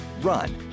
run